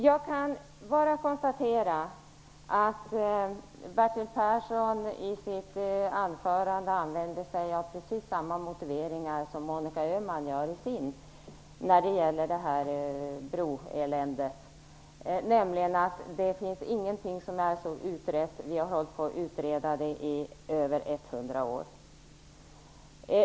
Jag kan bara konstatera att Bertil Persson i sitt anförande använder sig av precis samma motiveringar som Monica Öhman har i sitt anförande när det gäller det här broeländet, nämligen att det inte finns någonting som är så utrett; vi har hållit på att utreda det i över 100 år.